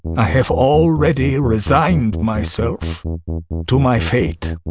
i have already resigned myself to my fate.